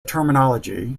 terminology